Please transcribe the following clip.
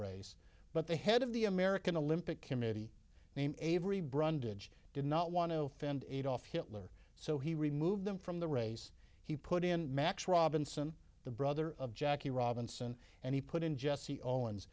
race but the head of the american olympic committee named avery brundage did not want to offend adolf hitler so he removed them from the race he put in max robinson the brother of jackie robinson and he put in jesse owens